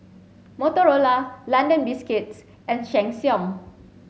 Motorola London Biscuits and Sheng Siong